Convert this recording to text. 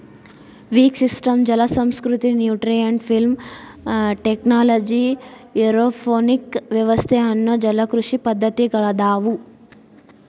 wick system ಜಲಸಂಸ್ಕೃತಿ, nutrient film technology, aeroponic ವ್ಯವಸ್ಥೆ ಅನ್ನೋ ಜಲಕೃಷಿ ಪದ್ದತಿಗಳದಾವು